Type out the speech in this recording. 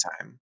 time